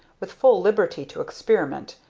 with full liberty to experiment,